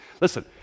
Listen